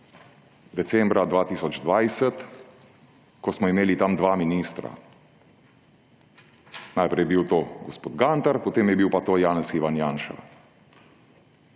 decembra 2020 ko smo imeli tam dva ministra. Najprej je bil to gospod Gantar, potem je bil pa to Janez (Ivan) Janša.